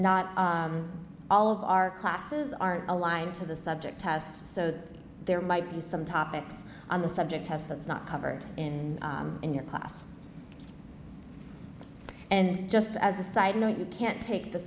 not all of our classes aren't aligned to the subject tests so that there might be some topics on the subject test that's not covered in your class and just as a side note you can't take the